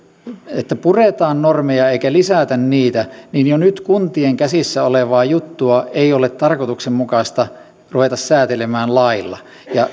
että puretaan normeja eikä lisätä niitä niin jo nyt kuntien käsissä olevaa juttua ei ole tarkoituksenmukaista ruveta säätelemään lailla